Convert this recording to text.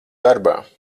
darbā